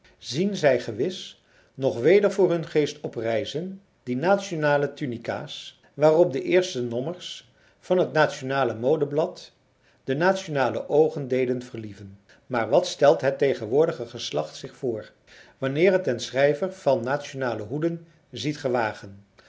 zien zij gewis nog weder voor hun geest oprijzen die nationale tunica's waarop de eerste nommers van het nationale modeblad de nationale oogen deden verlieven maar wat stelt het tegenwoordige geslacht zich voor wanneer het den schrijver van nationale hoeden ziet gewagen